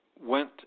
went